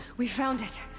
we found it!